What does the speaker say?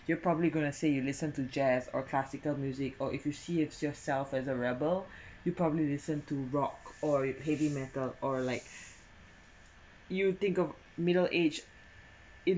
you probably going to say you listen to jazz or classical music or if you see it's yourself as a rebel you probably listen to rock or heavy metal or like you think of middle aged